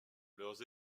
leurs